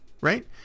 right